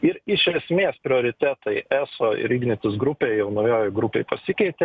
ir iš esmės prioritetai eso ir ignitis grupė jau naujoj grupėj pasikeitė